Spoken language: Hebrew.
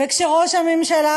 וכשראש הממשלה,